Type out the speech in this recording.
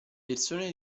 persone